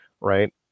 right